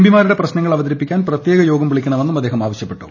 പിമാരുടെ പ്രശ്നങ്ങൾ അവതരിപ്പിക്കാൻ പ്രത്യേക യോഗം വിളിക്കണമെന്നും അദ്ദേഹം ആവശ്യപ്പെട്ടു